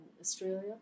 Australia